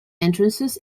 entrances